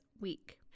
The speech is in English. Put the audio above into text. week